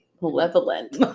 Malevolent